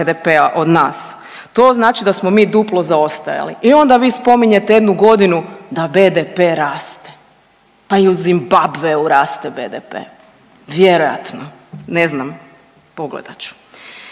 BDP-a od nas, to znači da smo mi duplo zaostajali. I onda vi spominjete jednu godinu da BDP raste. Pa i u Zimbabveu raste BDP, vjerojatno ne znam pogledat ću.